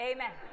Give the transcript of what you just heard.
Amen